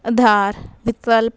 ਆਧਾਰ ਵਿਕਲਪ